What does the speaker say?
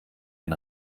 ein